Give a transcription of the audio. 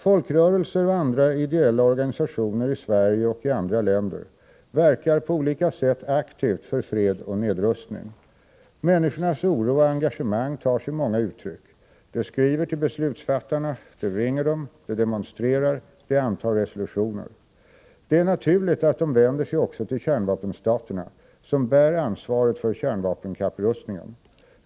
Folkrörelser och andra ideella organisationer i Sverige och i andra länder verkar på olika sätt aktivt för fred och nedrustning. Människornas oro och engagemang tar sig många uttryck. De skriver till beslutsfattarna, de ringer dem, de demonstrerar, de antar resolutioner. Det är naturligt att de vänder sig också till kärnvapenstaterna, som bär ansvaret för kärnvapenkapprustningen.